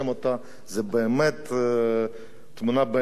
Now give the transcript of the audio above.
זו באמת תמונה יפה,